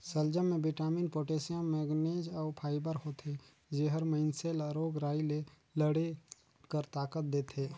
सलजम में vitamin, potassium, manganese अउ फाइबर होथे जेहर मइनसे ल रोग राई ले लड़े कर ताकत देथे